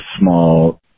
small